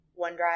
OneDrive